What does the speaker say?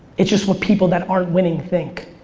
it's just what people that aren't winning think.